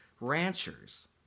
ranchers